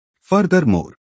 Furthermore